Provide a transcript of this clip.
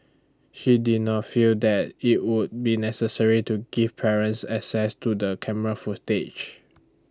she did not feel that IT would be necessary to give parents access to the camera footage